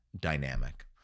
dynamic